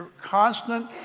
constant